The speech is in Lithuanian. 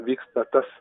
vyksta tas